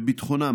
בביטחונם,